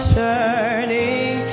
turning